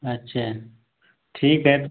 अच्छा ठीक है